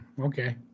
Okay